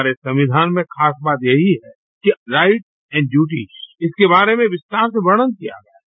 हमारे संविधान में खास बात यही है कि राइट्स एंड डयूटीस इसके बारे में विस्तार से वर्णन किया गया है